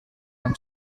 han